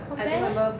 got meh